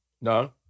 No